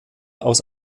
aus